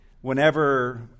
whenever